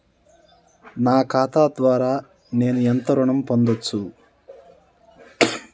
నా ఖాతా ద్వారా నేను ఎంత ఋణం పొందచ్చు?